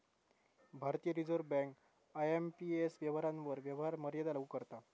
भारतीय reserve bank IMPS व्यवहारांवर व्यवहार मर्यादा लागू करता